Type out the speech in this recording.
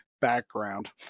background